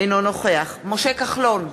אינו נוכח משה כחלון,